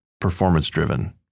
performance-driven